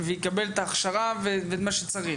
יקבל את ההכשרה המתאימה ואת כל מה שצריך.